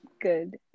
good